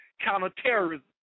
counterterrorism